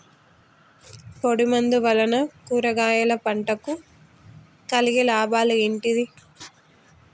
పొడిమందు వలన కూరగాయల పంటకు కలిగే లాభాలు ఏంటిది?